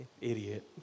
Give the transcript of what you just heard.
idiot